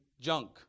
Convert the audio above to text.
junk